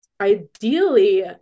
Ideally